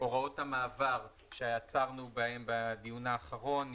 הוראות המעבר שעצרנו בהן בדיון האחרון,